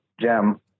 gem